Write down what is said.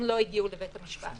הם לא הגיעו לבית המשפט,